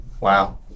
Wow